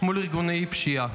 מול ארגוני פשיעה.